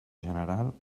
general